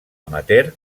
amateur